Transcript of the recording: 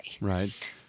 Right